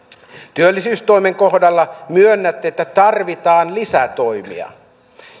työllisyystoimen kohdalla myönnätte että tarvitaan lisätoimia